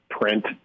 print